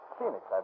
Phoenix